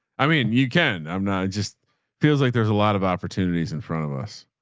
i mean, you can, i'm not, it just feels like there's a lot of opportunities in front of us.